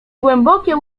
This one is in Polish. głębokie